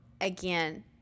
again